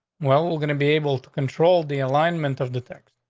well, we're gonna be able to control the alignment of the text.